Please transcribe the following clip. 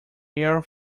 air